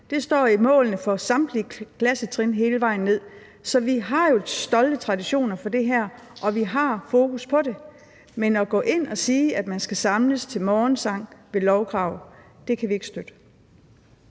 Det står i målet for samtlige klassetrin hele vejen ned. Så vi har jo stolte traditioner for det her, og vi har fokus på det, men at gå ind og sige, at man skal samles til morgensang ved lovkrav, kan vi ikke støtte.